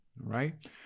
Right